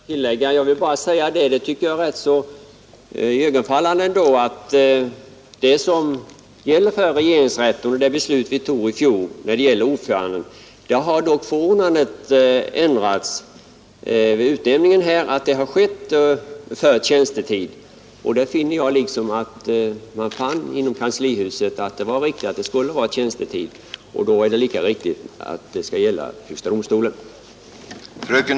Herr talman! Min medreservant och motionären Winberg har ju hållit så klargörande anföranden att det kan vara onödigt att göra några tillägg. Det är emellertid ett ganska iögonenfallande förhållande att den ordning som riksdagen införde enligt det beslut som antogs i fjol beträffande ordföranden för regeringsrätten har ändrats till att avse förordnande för tjänstetiden. Man fann alltså inom kanslihuset att detta var riktigt, och då är det lika berättigat att så skall gälla för högsta domstolen.